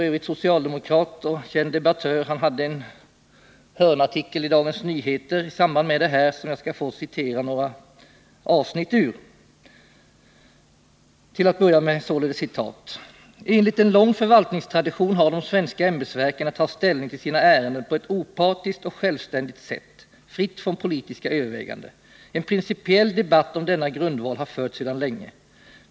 ö. socialdemokrat och känd debattör — hade i samband med detta en hörnartikel i Dagens Nyheter som jag skall citera några avsnitt ur: ”Enligt en lång förvaltningstradition har'de svenska ämbetsverken att ta ställning till sina ärenden på ett opartiskt och självständigt sätt, fritt från 57 politiska överväganden. En principiell debatt om denna grundval har förts sedan länge.